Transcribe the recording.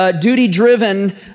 duty-driven